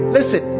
Listen